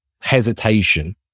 hesitation